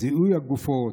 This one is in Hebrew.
בזיהוי הגופות,